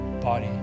body